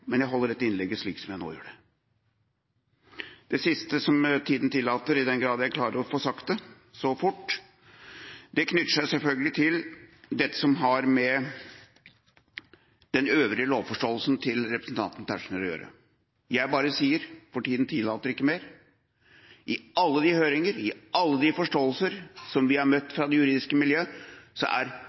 men jeg holder dette innlegget slik som jeg nå gjør det. Det siste som tida tillater – i den grad jeg klarer å få sagt det så fort – knytter seg selvfølgelig til dette som har med den øvrige lovforståelsen til representanten Tetzschner å gjøre. Jeg bare sier – for tida tillater ikke mer: I alle høringer, i alle de forståelser som vi har møtt fra det juridiske miljøet, er